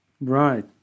Right